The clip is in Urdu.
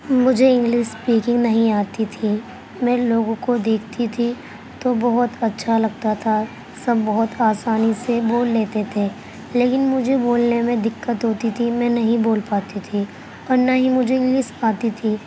مجھے انگلس اسپیکنگ نہیں آتھی تھی میں لوگوں کو دیکھتی تھی تو بہت اچھا لگتا تھا سب بہت آسانی سے بول لیتے تھے لیکن مجھے بولنے میں دقت ہوتی تھی میں نہیں بول پاتی تھی اور نہ ہی مجھے انگلس آتی تھی